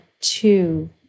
two